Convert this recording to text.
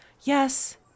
Yes